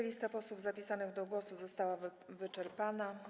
Lista posłów zapisanych do głosu została wyczerpana.